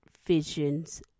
visions